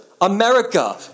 America